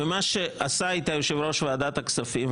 ומה שעשה איתה יושב-ראש ועדת הכספים,